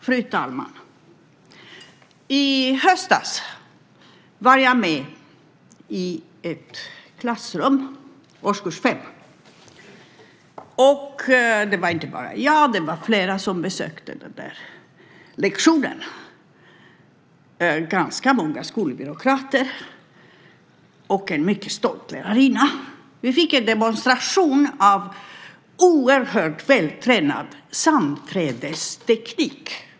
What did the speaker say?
Fru talman! I höstas var jag med i ett klassrum - årskurs 5. Det var inte bara jag utan vi var flera som besökte den lektionen. Det var ganska många skolbyråkrater och en mycket stolt lärarinna. Vi fick en demonstration av en oerhört väl intränad sammanträdesteknik.